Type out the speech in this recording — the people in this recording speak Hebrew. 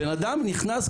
בן אדם נכנס,